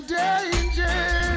danger